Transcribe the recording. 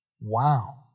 Wow